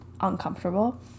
uncomfortable